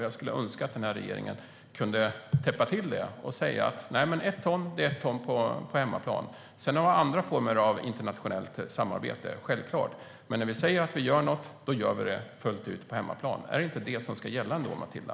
Jag skulle önska att den här regeringen kunde täppa till det och säga att ett ton innebär ett ton på hemmaplan. Sedan har man självklart andra former av internationellt samarbete, men när vi säger att vi gör något gör vi det på hemmaplan fullt ut. Är det inte det som ska gälla ändå, Matilda?